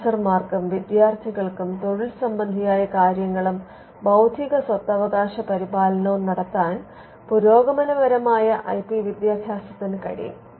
പ്രൊഫസർമാർക്കും വിദ്യാർത്ഥികൾക്കും തൊഴിൽ സംബന്ധിയായ കാര്യങ്ങളും ബൌദ്ധിക സ്വത്തവകാശ പരിപാലനവും നടത്താൻ പുരോഗമനപരമായ ഐ പി വിദ്യാഭാസത്തിന് കഴിയും